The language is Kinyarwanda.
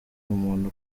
umuntu